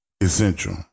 essential